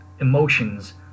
emotions